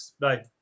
Bye